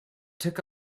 took